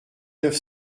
neuf